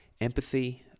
Empathy